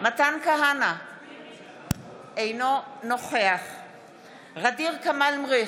מתן כהנא, אינו נוכח ע'דיר כמאל מריח,